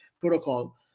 protocol